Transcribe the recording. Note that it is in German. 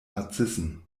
narzissen